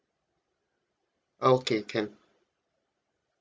okay can